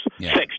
sex